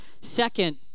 Second